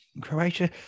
Croatia